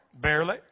Barely